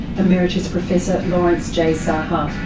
emeritus professor lawrence j saha.